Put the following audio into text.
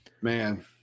Man